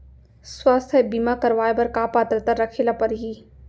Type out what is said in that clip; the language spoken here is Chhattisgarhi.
स्वास्थ्य बीमा करवाय बर का पात्रता रखे ल परही?